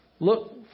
Look